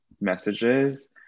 messages